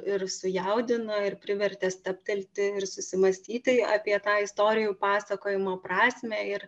ir sujaudino ir privertė stabtelti ir susimąstyti apie tą istorijų pasakojimo prasmę ir